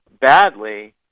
badly